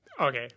Okay